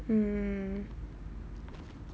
mm